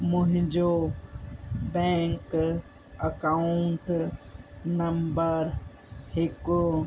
मुंहिंजो bank account number हिकु